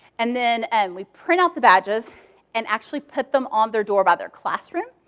and then and we print out the badges and actually put them on their door by their classroom.